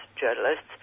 journalists